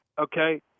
Okay